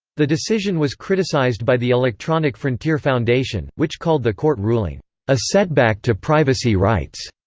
the decision was criticized by the electronic frontier foundation, which called the court ruling a setback to privacy rights.